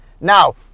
Now